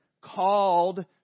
called